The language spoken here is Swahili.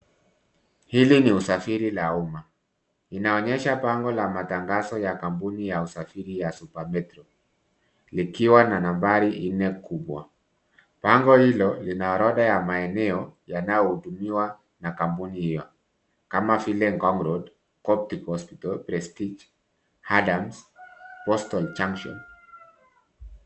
Hili ni usafiri la umma, inaonyesha bango la matangazo ya kampuni ya usafiri ya Super Metro likiwa na nambari nne kubwa. Bango hilo lina orodha ya maeneo yanayohudumiwa na kampuni hiyo kama vile Ngong Road, Coptic Hospital, Prestige, Adams, Postal Junction.